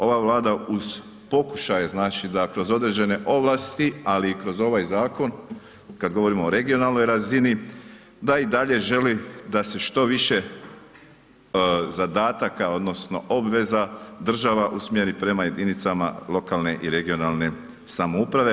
Ova Vlada uz pokušaje znači da kroz određene ovlasti ali i kroz ovaj zakon kad govorimo o regionalnoj razini da i dalje želi da se što više zadataka odnosno obveza država usmjeri prema jedinicama lokalne i regionalne samouprave.